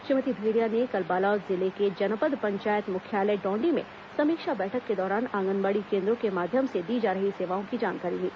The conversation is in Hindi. श्रीमती भेंडिया ने कल बालोद जिले के जनपद पंचायत मुख्यालय डौंडी में समीक्षा बैठक के दौरान आंगनबाड़ी केन्द्रों के माध्यम से दी जा रही सेवाओं की जानकारी ली